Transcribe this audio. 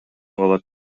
калат